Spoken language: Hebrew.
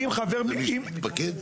כל מי שמתפקד?